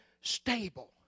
stable